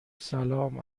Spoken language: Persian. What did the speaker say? سلام